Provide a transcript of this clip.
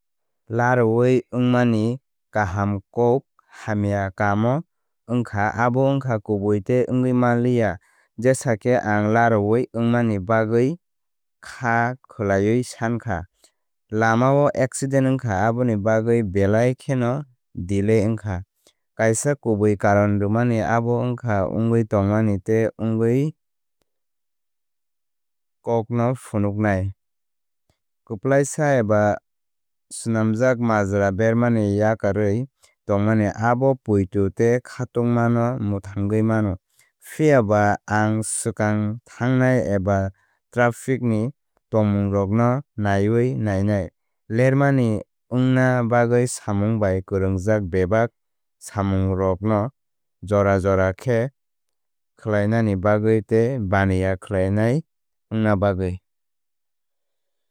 Laroui wngmani kahamkuk hamya kamo wngkha abo wngkha kubui tei wngwi manliya jesa khe ang laroui wngmani bagwi kha khwlaiwi sankha. Lamao accident wngkha aboni bagwi belai kheno delay wngkha. Kaisa kubui karon rwmani abo wngkha wngwi tongmani tei wngwi kokno phunuknai. Kwplaisa eba swnamjak majra bermani yakarwi tongmani abo poito tei khatungma no mwthangwi mano. Phiyaba ang swkang thángnai eba traffic ni tongmungrokno naiwi nainai. Lermani wngna bagwi samung bai kwrwngjak bebak samungrokno jora jora khe khlainani bagwi tei baniya khlainai wngna bagwi.